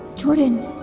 jordan.